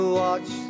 watch